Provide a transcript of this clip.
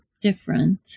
different